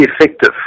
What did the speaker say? effective